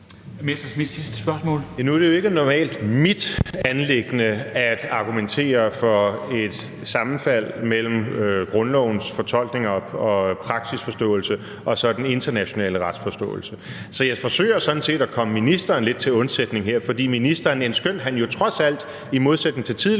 Nu er det jo ikke normalt mit anliggende at argumentere for et sammenfald mellem grundlovens fortolkning og praksisforståelse og så den internationale retsforståelse. Jeg forsøger sådan set at komme ministeren lidt til undsætning her, for ministeren, endskønt han jo trods alt i modsætning til tidligere